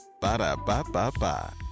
Ba-da-ba-ba-ba